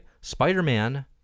Spider-Man